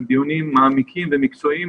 על דיונים מעמיקים ומקצועיים